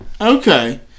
Okay